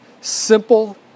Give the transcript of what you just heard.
simple